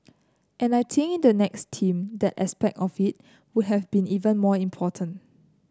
and I think in the next team that aspect of it would have be even more important